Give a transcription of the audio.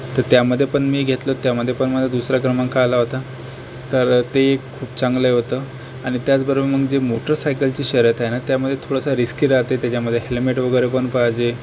तर त्यामध्ये पण मी घेतलं त्यामध्ये पण माझा दुसरा क्रमांक आला होता तर ते एक खूप चांगलं होतं आणि त्याचबरोबर मग जे मोटरसायकलची शर्यत आहे ना त्यामध्ये थोडासा रिस्की राहते त्याच्यामध्ये हेलमेट वगैरे पण पाहिजे